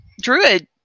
druid